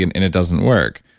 and and it doesn't work.